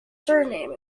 surname